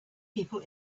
people